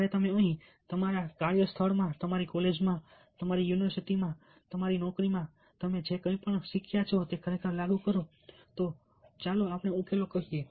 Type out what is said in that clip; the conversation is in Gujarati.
જ્યારે તમે અહીં તમારા કાર્યસ્થળમાં તમારી કૉલેજમાં તમારી યુનિવર્સિટીમાં તમારી નોકરીમાં તમે જે કંઈપણ અહીં શીખ્યા છો તે ખરેખર લાગુ કરો ત્યારે ચાલો આપણે ઉકેલો કહીએ